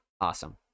awesome